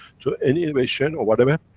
to any innovation or whatever,